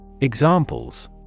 Examples